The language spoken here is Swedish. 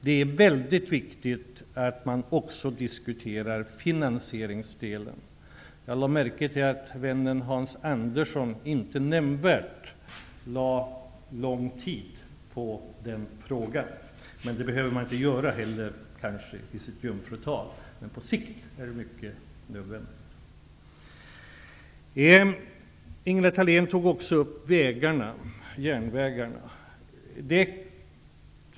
Det är väldigt viktigt att också diskutera finansieringsdelen. Jag lade märke till att vännen Hans Andersson inte använde nämnvärt lång tid för den frågan. Det behöver man kanske inte heller göra i sitt jungfrutal. På sikt, emellertid, är det nödvändigt. Ingela Thalèn tog också upp frågan om vägarna och järnvägarna.